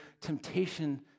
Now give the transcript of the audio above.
temptation